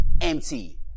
empty